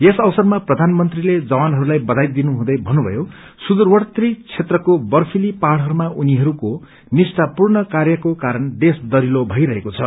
यस अवसरमा प्रधानमंत्रीले जवानहरूलाई बथाई दिनुहुँदै भन्नभयो सुदूवर्ती क्षेत्रको वर्फिली पहाड़हरूमा उनीहरूको निष्ठापूर्ण कार्यको कारण देश दह्रिलो भइरहेछ